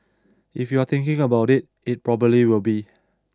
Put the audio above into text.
if you're thinking about it it probably will be